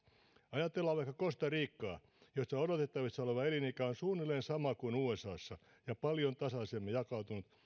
ajatellaan vaikka costa ricaa missä odotettavissa oleva elinikä on suunnilleen sama kuin usassa ja paljon tasaisemmin jakautunut